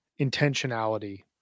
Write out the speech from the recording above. intentionality